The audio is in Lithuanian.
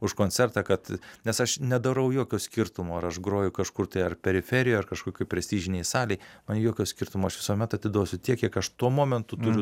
už koncertą kad nes aš nedarau jokio skirtumo ar aš groju kažkur tai ar periferijoj ar kažkokioj prestižinėj salėj man jokio skirtumo aš visuomet atiduosiu tiek kiek aš tuo momentu turiu